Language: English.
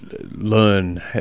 learn